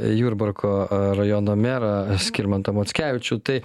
jurbarko a rajono merą skirmantą mockevičių tai